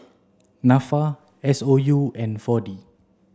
NAFA S O U and four D